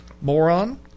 Moron